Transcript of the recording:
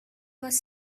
was